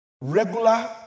regular